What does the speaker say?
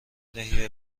دهی